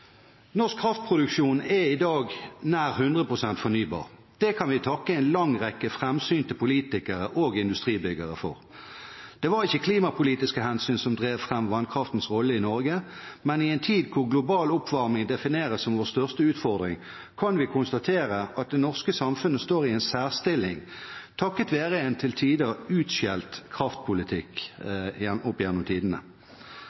Norsk kraftproduksjon er i dag nær 100 pst. fornybar. Det kan vi takke en lang rekke framsynte politikere og industribyggere for. Det var ikke klimapolitiske hensyn som drev fram vannkraftens rolle i Norge, men i en tid hvor global oppvarming defineres som vår største utfordring, kan vi konstatere at det norske samfunnet står i en særstilling, takket være en til tider utskjelt kraftpolitikk